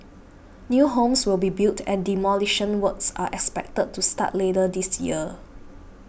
new homes will be built and demolition works are expected to start later this year